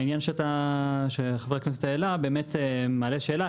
העניין שחבר הכנסת העלה מעלה שאלה,